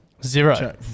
Zero